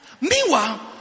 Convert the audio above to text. Meanwhile